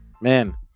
Man